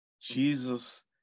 Jesus